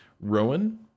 Rowan